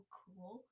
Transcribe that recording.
cool